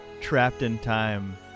trapped-in-time